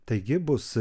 taigi bus